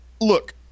look